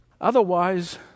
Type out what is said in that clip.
Otherwise